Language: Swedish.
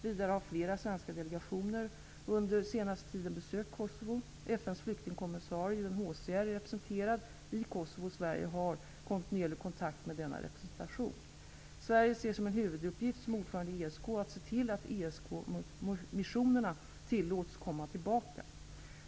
Vidare har flera svenska delegationer under senaste tiden besökt Kosovo. FN:s flyktingkommissarie, UNHCR, är representerad i Kosovo, och Sverige har kontinuerlig kontakt med denna representation. Sverige ser som en huvuduppgift som ordförande i ESK att se till att ESK-missionerna tillåts komma tillbaka.